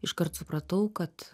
iškart supratau kad